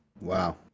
Wow